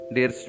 Dear